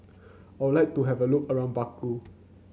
I would like to have a look around Baku